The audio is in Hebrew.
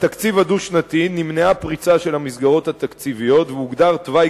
בתקציב הדו-שנתי נמנעה פריצה של המסגרות התקציביות והוגדר תוואי